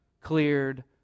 cleared